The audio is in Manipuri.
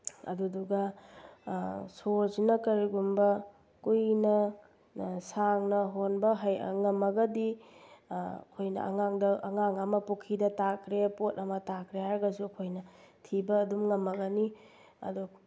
ꯑꯗꯨꯗꯨꯒ ꯁꯣꯔꯁꯤꯅ ꯀꯔꯤꯒꯨꯝꯕ ꯀꯨꯏꯅ ꯁꯥꯡꯅ ꯍꯣꯟꯕ ꯉꯝꯃꯒꯗꯤ ꯑꯩꯈꯣꯏꯅ ꯑꯉꯥꯡꯗ ꯑꯉꯥꯡ ꯑꯃ ꯄꯨꯈ꯭ꯔꯤꯗ ꯇꯥꯈ꯭ꯔꯦ ꯄꯣꯠ ꯑꯃ ꯇꯥꯈ꯭ꯔꯦ ꯍꯥꯏꯔꯒꯁꯨ ꯑꯩꯈꯣꯏꯅ ꯊꯤꯕ ꯑꯗꯨꯝ ꯉꯝꯃꯒꯅꯤ ꯑꯗꯨ